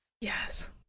Yes